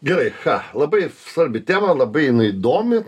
gerai ką labai svarbi tema labai jinai įdomi